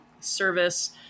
service